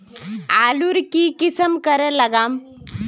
आलूर की किसम करे लागम?